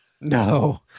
No